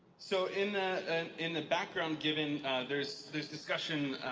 so in the in the background, given there's there's discussion